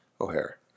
O'Hare